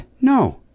no